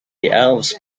elves